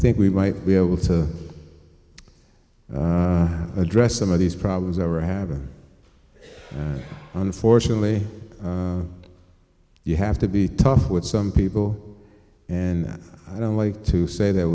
think we might be able to address some of these problems over having unfortunately you have to be tough with some people and i don't like to say that